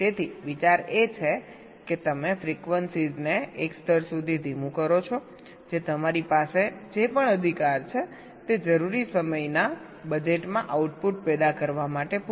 તેથી વિચાર એ છે કે તમે ફ્રીક્વન્સીઝને એક સ્તર સુધી ધીમું કરો છો જે તમારી પાસે જે પણ અધિકાર છે તે જરૂરી સમયના બજેટમાં આઉટપુટ પેદા કરવા માટે પૂરતું છે